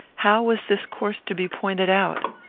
how was this course to be pointed out?